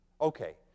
Okay